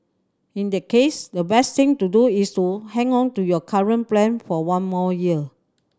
in the case the best thing to do is to hang on to your current plan for one more year